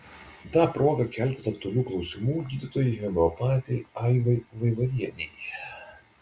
ta proga keletas aktualių klausimų gydytojai homeopatei aivai vaivarienei